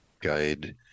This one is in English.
guide